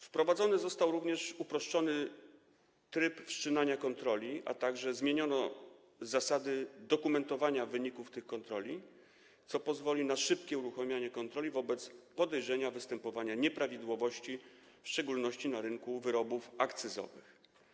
Wprowadzony został również uproszczony tryb wszczynania kontroli, a także zmienione zostały zasady dokumentowania wyników tych kontroli, co pozwoli na szybkie uruchamianie kontroli wobec podejrzenia występowania nieprawidłowości, w szczególności na rynku wyrobów akcyzowych.